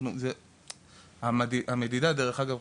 דרך אגב,